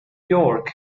york